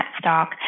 stock